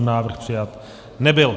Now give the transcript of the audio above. Návrh přijat nebyl.